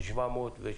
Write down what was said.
של 700 ילדים.